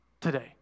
today